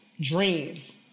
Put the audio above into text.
dreams